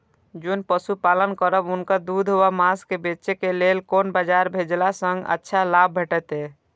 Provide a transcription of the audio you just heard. जोन पशु पालन करब उनकर दूध व माँस के बेचे के लेल कोन बाजार भेजला सँ अच्छा लाभ भेटैत?